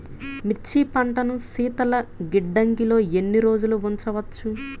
మిర్చి పంటను శీతల గిడ్డంగిలో ఎన్ని రోజులు ఉంచవచ్చు?